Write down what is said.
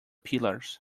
pillars